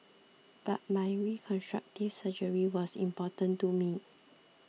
but my reconstructive surgery was important to me